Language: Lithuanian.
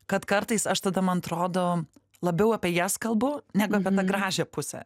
kad kartais aš tada man atrodo labiau apie jas kalbu negu apie tą gražią pusę